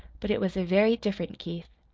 but it was a very different keith.